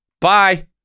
bye